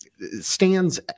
stands